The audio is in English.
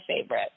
favorite